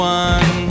one